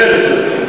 אבל, בדרך כלל.